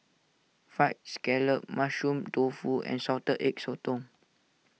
Fried Scallop Mushroom Tofu and Salted Egg Sotong